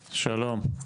שלום,